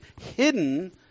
hidden